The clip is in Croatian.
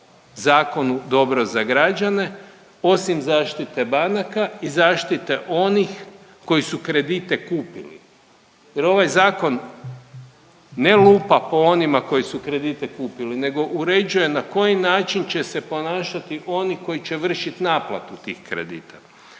zakonu dobro za građane osim zaštite banaka i zaštite onih koji su kredite kupili jer ovaj zakon ne lupa po onima koji su kredite kupili nego uređuje na koji način će se ponašati oni koji će vršit naplatu tih kredita.